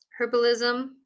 herbalism